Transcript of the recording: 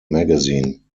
magazine